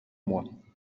mois